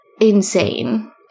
insane